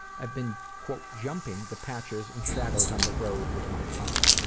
i've been jumping the patches and shadows on the road with my tongue.